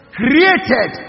created